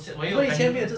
我也有 pendulum